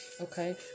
okay